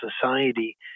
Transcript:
society